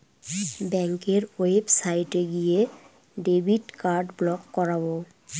ব্যাঙ্কের ওয়েবসাইটে গিয়ে ডেবিট কার্ড ব্লক করাবো